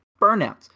burnouts